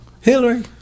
Hillary